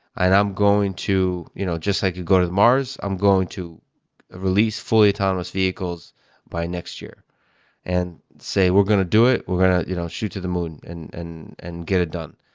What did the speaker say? and i'm going to you know just like you go to mars, i'm going to release fully autonomous vehicles by next year and say, we're going to do it. we're going to you know shoot to the moon and and and get it done.